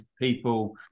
people